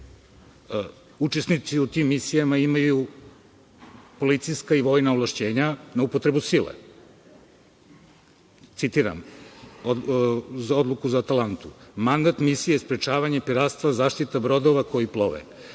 Učesnici u tim misijama imaju policijska i vojna ovlašćenja na upotrebu sile. Citiram, za odluku za „Atalantu“: „Mandat misije - sprečavanje piratstva, zaštita brodova koji plove“.Pod